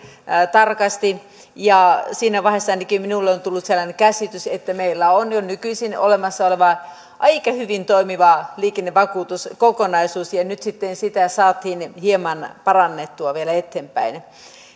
tarkasti siinä vaiheessa ainakin minulle on tullut sellainen käsitys että meillä on jo nykyisin olemassa aika hyvin toimiva liikennevakuutuskokonaisuus ja nyt sitä saatiin hieman parannettua vielä eteenpäin